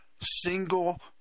single